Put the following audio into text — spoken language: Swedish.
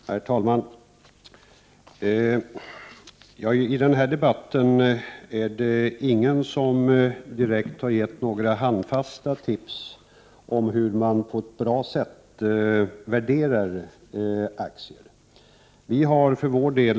Herr talman! I den här debatten är det ingen som direkt har gett några handfasta tips om hur man på ett bra sätt värderar aktier.